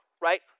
right